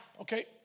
Okay